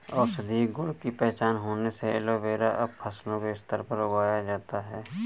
औषधीय गुण की पहचान होने से एलोवेरा अब फसलों के स्तर पर उगाया जाता है